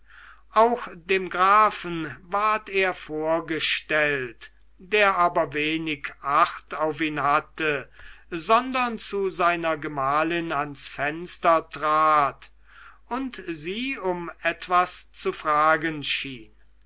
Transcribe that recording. auch dem grafen ward er vorgestellt der aber wenig acht auf ihn hatte sondern zu seiner gemahlin ans fenster trat und sie um etwas zu fragen schien